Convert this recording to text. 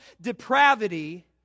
depravity